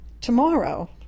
Tomorrow